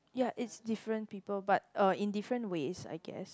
ya it's different people but uh in different ways I guess